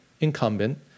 incumbent